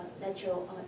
natural